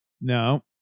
No